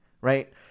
right